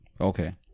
Okay